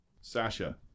Sasha